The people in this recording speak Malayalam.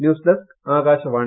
news desk Akashvani